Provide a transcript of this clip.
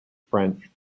french